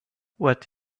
what